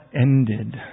ended